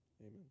Amen